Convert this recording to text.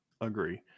agree